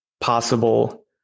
possible